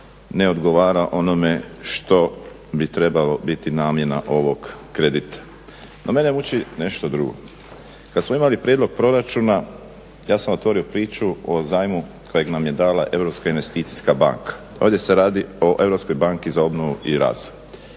ne odgovara onome što bi trebalo biti namjena ovog kredita. No mene muči nešto drugo. Kad smo imali prijedlog proračuna ja sam otvorio priču o zajmu kojeg nam je dala Europska investicijska banka. Ovdje se radi o Europskoj banci za obnovu i razvoj.